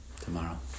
tomorrow